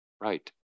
right